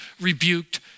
rebuked